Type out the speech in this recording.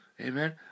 Amen